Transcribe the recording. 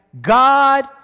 God